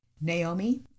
naomi